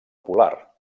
polar